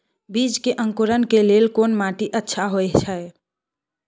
बीज के अंकुरण के लेल कोन माटी अच्छा होय छै?